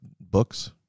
books